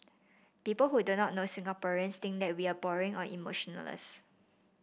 people who do not know Singaporeans think that we are boring or emotionless